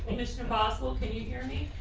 possible. can you hear me?